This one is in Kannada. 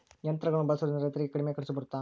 ಯಂತ್ರಗಳನ್ನ ಬಳಸೊದ್ರಿಂದ ರೈತರಿಗೆ ಕಡಿಮೆ ಖರ್ಚು ಬರುತ್ತಾ?